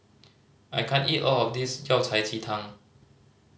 I can't eat all of this Yao Cai ji tang